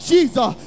Jesus